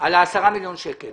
על ה-10 מיליון שקלים.